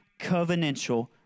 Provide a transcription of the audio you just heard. covenantal